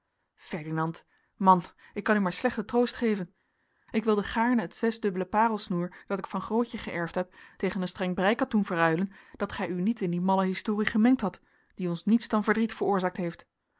wekken ferdinand man ik kan u maar slechten troost geven ik wilde gaarne het zesdubbele parelsnoer dat ik van grootje geërfd heb tegen een streng breikatoen verruilen dat gij u niet in die malle historie gemengd hadt die ons niets dan verdriet veroorzaakt heeft